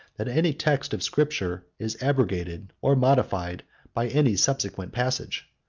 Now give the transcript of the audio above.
that any text of scripture is abrogated or modified by any subsequent passage.